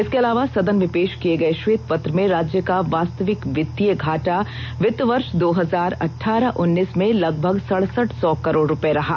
इसके अलावा सदन में पेष किये गये श्वेत पत्र में राज्य का वास्तिविक वित्तीय घाटा वित्त वर्ष दो हजार अठारह उन्नीस में लगभग सरसठ सौ करोड़ रुपये रहा